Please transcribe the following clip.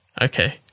okay